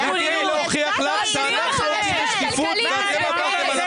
תני לי להוכיח לך שאנחנו נוהגים בשקיפות ואתם עברתם על החוק.